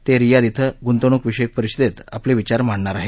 ते रियाध इथं ग्ंतवणूक विषयक परिषदेत आपले विचार मांडणार आहेत